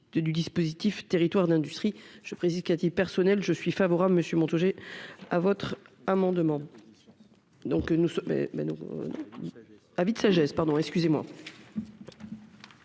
du dispositif territoires d'industrie je précise-t-il personnel, je suis favorable Monsieur Montaugé à votre amendement, donc nous sommes mais ben non, avis de sagesse, pardon, excusez-moi.